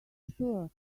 sure